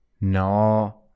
no